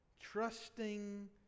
Trusting